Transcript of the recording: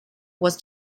was